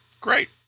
great